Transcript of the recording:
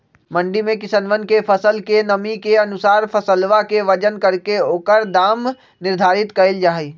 मंडी में किसनवन के फसल के नमी के अनुसार फसलवा के वजन करके ओकर दाम निर्धारित कइल जाहई